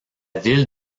ville